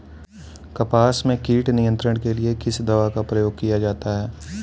कपास में कीट नियंत्रण के लिए किस दवा का प्रयोग किया जाता है?